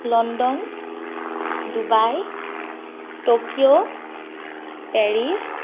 London Dubai Tokyo Paris